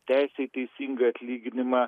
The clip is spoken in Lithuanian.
teisė į teisingą atlyginimą